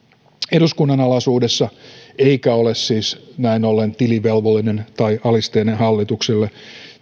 eduskunnan alaisuudessa eikä ole siis näin ollen tilivelvollinen tai alisteinen hallitukselle